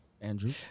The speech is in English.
Andrew